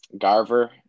Garver